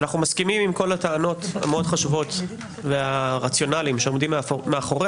אנו מסכימים עם כל הטענות המאוד חשובות והרציונלים שעומדים מאחורי